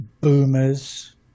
boomers